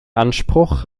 anspruch